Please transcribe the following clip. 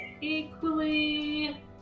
equally